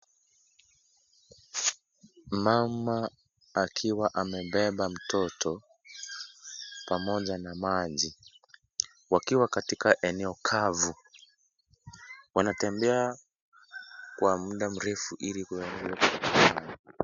Mama akiwa amebeba mtoto pamoja na maji wakiwa katika eneo kavu wanatembea kwa muda mrefu hili kupata maji.